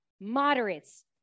moderates